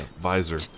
visor